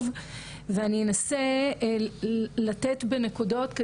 זה לא מרחב נעדר חוק, עם כל הבעייתיות שעולה פה.